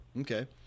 Okay